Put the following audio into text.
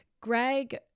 Greg